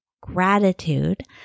gratitude